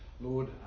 Lord